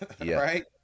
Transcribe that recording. right